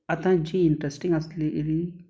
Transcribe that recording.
आतां जी इंट्रस्टींग आसली इल्ली